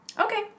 Okay